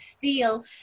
feel